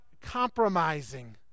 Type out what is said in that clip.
compromising